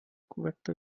vector